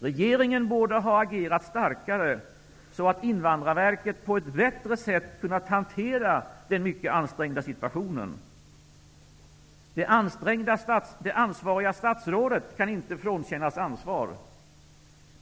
Regeringen borde ha agerat starkare så att Invandrarverket på ett bättre sätt hade kunnat hantera den mycket ansträngda situationen. Det ansvariga statsrådet kan inte frånkännas ansvar.